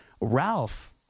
Ralph